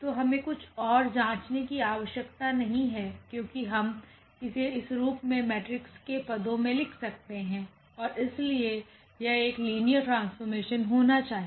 तो हमें कुछ और जांचने की आवश्यकता नहीं है क्योंकि हम इसे इस रूप में मेट्रिक्स के पदो में लिख सकते हैं और इसलिए यहएक लिनियर ट्रांसफॉर्मेशन होना चाहिए